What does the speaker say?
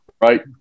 right